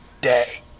day